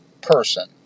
person